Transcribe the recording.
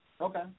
Okay